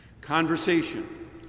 Conversation